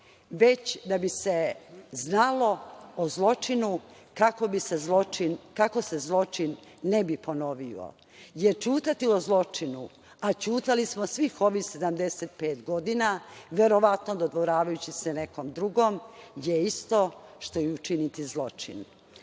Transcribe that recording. već da bi se znalo o zločinu kako se zločin ne bi ponovio. Jer, ćutati o zločinu, a ćutali smo svih ovih 75 godina, verovatno dodvoravajući se nekom drugom, je isto što i učiniti zločin. Kada